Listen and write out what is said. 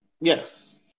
Yes